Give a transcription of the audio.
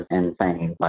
insane